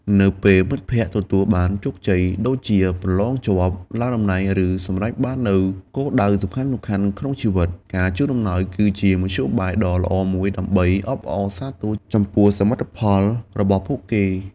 នៅពេលមិត្តភក្តិទទួលបានជោគជ័យ ដូចជាប្រឡងជាប់ ឡើងតំណែង ឬសម្រេចបាននូវគោលដៅសំខាន់ៗក្នុងជីវិត ការជូនអំណោយគឺជាមធ្យោបាយដ៏ល្អមួយដើម្បីអបអរសាទរចំពោះសមិទ្ធផលរបស់ពួកគេ។